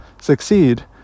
succeed